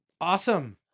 awesome